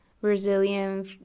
Brazilian